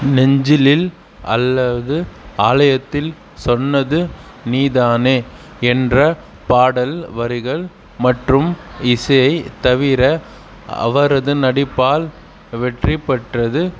நெஞ்சிலில் அல்லது ஆலயத்தில் சொன்னது நீ தானே என்ற பாடல் வரிகள் மற்றும் இசையைத் தவிர அவரது நடிப்பால் வெற்றி பெற்றது